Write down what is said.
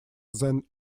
than